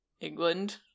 England